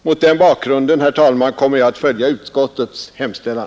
Mot den bakgrunden kommer jag, herr talman, att följa utskottets hemställan.